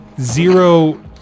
zero